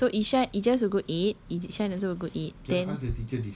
you're right so ishan ijaz will go eight ishan also will go eight then